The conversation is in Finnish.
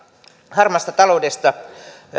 harmaasta taloudesta